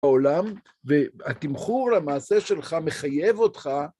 בעולם, והתמחור למעשה שלך מחייב אותך.